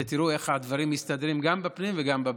ותראו איך הדברים מסתדרים גם בפנים וגם בבריאות.